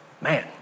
Man